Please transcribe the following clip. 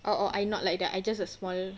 oh oh I not like that I just a small